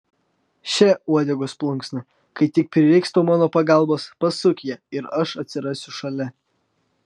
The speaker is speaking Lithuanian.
še uodegos plunksną kai tik prireiks tau mano pagalbos pasuk ją ir aš atsirasiu šalia